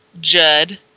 Judd